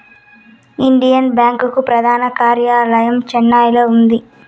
Indian Bank ప్రధాన కార్యాలయం చెన్నైలో ఉంది